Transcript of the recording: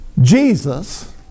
Jesus